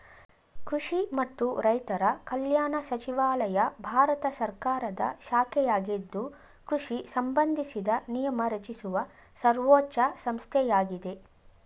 ಕೃಷಿ ಮತ್ತು ರೈತರ ಕಲ್ಯಾಣ ಸಚಿವಾಲಯ ಭಾರತ ಸರ್ಕಾರದ ಶಾಖೆಯಾಗಿದ್ದು ಕೃಷಿ ಸಂಬಂಧಿಸಿದ ನಿಯಮ ರಚಿಸುವ ಸರ್ವೋಚ್ಛ ಸಂಸ್ಥೆಯಾಗಿದೆ